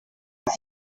aba